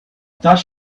thought